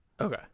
Okay